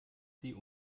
sie